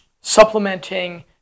supplementing